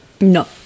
No